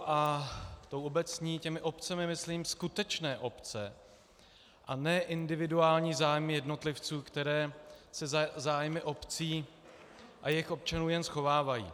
A tou obecní, těmi obcemi myslím skutečné obce, a ne individuální zájmy jednotlivců, které se za zájmy obcí a jejich občanů jen schovávají.